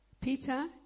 Peter